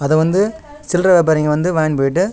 அதை வந்து சில்றரை வியாபாரிங்கள் வந்து வாங்கினு போய்விட்டு